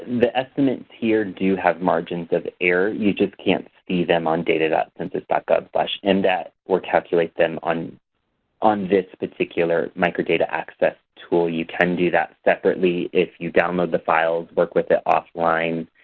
the estimates here do have margins of error. you just can't see them on data census gov in that we're calculate them on on this particular microdata access tool. you can do that separately if you download the files, work with it offline,